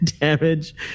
damage